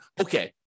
okay